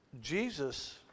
Jesus